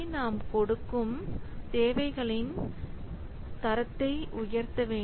நாம் கொடுக்கும் சேவைகளின் தரத்தை உயர்த்த வேண்டும்